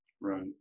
right